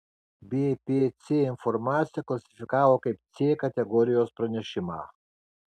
bpc informaciją klasifikavo kaip c kategorijos pranešimą